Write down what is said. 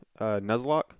Nuzlocke